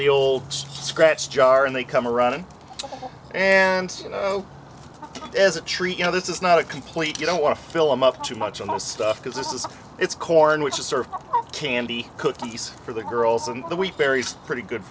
the oldest scratch jar and they come around and and you know as a treat you know this is not a complete you don't want to fill him up too much on all stuff because this is it's corn which is sort of candy cookies for the girls and the wheat berries pretty good